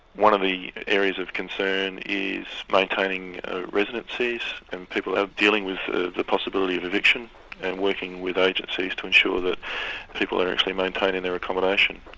one of the areas of concern is maintaining residencies, and people are dealing with the the possibility of eviction and working with agencies to ensure that people are actually maintaining their accommodation.